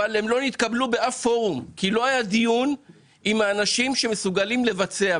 אבל הם לא נתקבלו באף פורום כי לא היה דיון עם האנשים שמסוגלים לבצע,